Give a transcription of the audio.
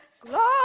Glory